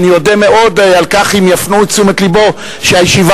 ואני אודה מאוד כך אם יפנו את תשומת לבו שהישיבה